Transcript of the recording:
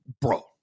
Bro